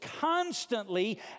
constantly